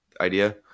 idea